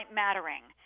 mattering